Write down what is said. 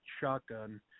shotgun